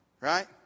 right